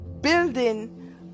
building